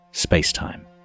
space-time